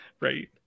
right